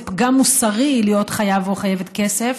פגם מוסרי להיות חייב או חייבת כסף,